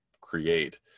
create